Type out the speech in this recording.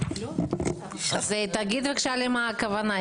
אז תגיד בבקשה למה הכוונה.